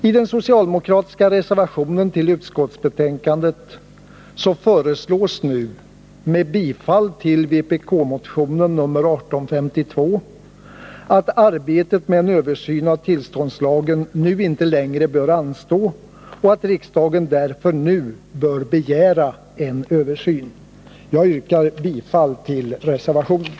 I den socialdemokratiska reservationen till utskottsbetänkandet föreslås med bifall till vpk-motionen nr 1852 att arbetet med en översyn av tillståndslagen inte längre bör anstå och att riksdagen därför nu bör begära en översyn. Jag yrkar bifall till reservationen.